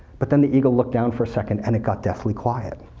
but then the eagle looked down for a second, and it got deathly quiet.